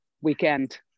weekend